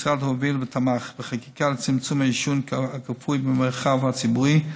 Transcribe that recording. המשרד הוביל ותמך בחקיקה לצמצום העישון הכפוי במרחב הציבורי,